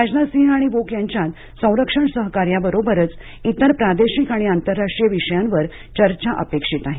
राजनाथ सिंह आणि वूक यांच्यात संरक्षण सहकार्याबरोबरच तिर प्रादेशिक आणि आंतरराष्ट्रीय विषयांवर चर्चा अपेक्षित आहे